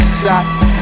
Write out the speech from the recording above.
shot